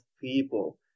people